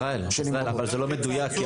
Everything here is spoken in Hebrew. ישראל, אבל זה לא מדויק.